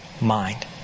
mind